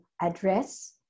address